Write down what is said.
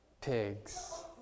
pigs